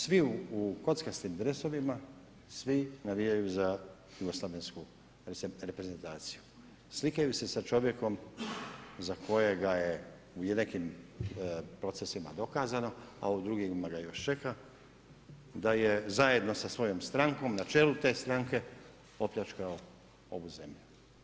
Svi u kockastim dresovima, svi navijaju jugoslavensku reprezentaciju, slikaju se sa čovjekom za kojega je u nekim procesima dokazano, a u drugim ga još čeka da je zajedno sa svojom strankom na čelu te stranke opljačkao ovu zemlju.